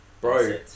Bro